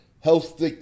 health